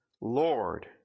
Lord